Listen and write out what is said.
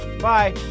Bye